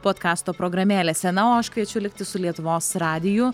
podkasto programėlėse na o aš kviečiu likti su lietuvos radiju